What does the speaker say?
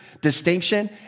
distinction